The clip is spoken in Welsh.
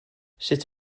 sut